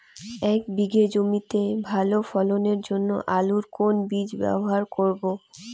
এক বিঘে জমিতে ভালো ফলনের জন্য আলুর কোন বীজ ব্যবহার করব?